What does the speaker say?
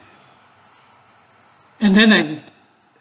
and then i